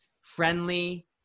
friendly